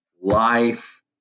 life